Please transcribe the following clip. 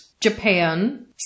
Japan